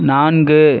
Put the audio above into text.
நான்கு